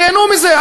תיהנו מזה.